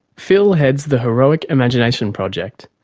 phil heads the heroic imagination project,